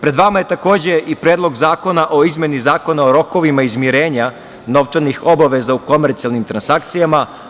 Pred vama je takođe i Predlog zakona o izmeni Zakona o rokovima izmirenja novčanih obaveza u komercijalnim transakcijama.